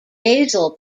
basal